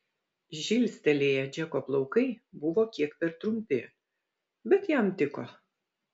žilstelėję džeko plaukai buvo kiek per trumpi bet jam tiko